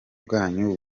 bwanyu